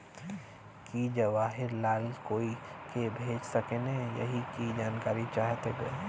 की जवाहिर लाल कोई के भेज सकने यही की जानकारी चाहते बा?